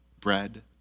bread